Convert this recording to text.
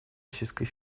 российской